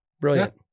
Brilliant